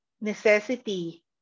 necessity